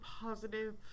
positive